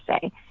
say